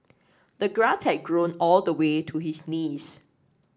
the grass had grown all the way to his knees